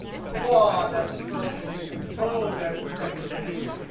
quad, that's the first condition. bo, that's the second condition.